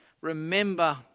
Remember